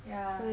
yeah